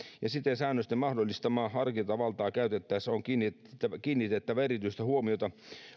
ja siten säännösten mahdollistamaa harkintavaltaa käytettäessä on kiinnitettävä erityistä huomiota